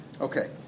Okay